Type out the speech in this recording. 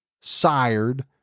sired